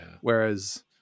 Whereas